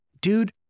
dude